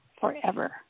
forever